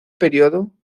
período